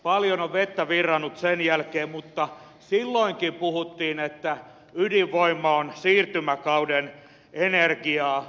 paljon on vettä virrannut sen jälkeen mutta silloinkin puhuttiin että ydinvoima on siirtymäkauden energiaa